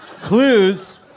Clues